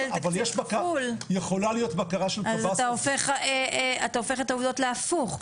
תקציב כפול אז אתה הופך את העובדות להפוך,